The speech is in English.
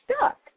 stuck